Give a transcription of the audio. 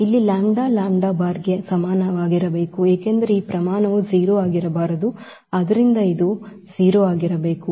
ಇಲ್ಲಿ λ ಗೆ ಸಮನಾಗಿರಬೇಕು ಏಕೆಂದರೆ ಈ ಪ್ರಮಾಣವು 0 ಆಗಿರಬಾರದು ಆದ್ದರಿಂದ ಇದು 0 ಆಗಿರಬೇಕು